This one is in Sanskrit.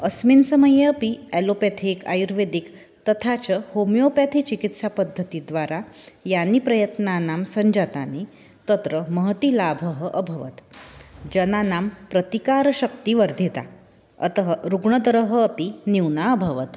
अस्मिन् समये अपि एलोपेथेक् आयुर्वेदिक् तथा च होमियोपेथि चिकित्सापद्धतिद्वारा ये प्रयत्नाः सञ्जाताः तत्र महान् लाभः अभवत् जनानां प्रतिकारशक्तिवर्धिता अतः रुग्णता अपि न्यूना अभवत्